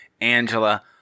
Angela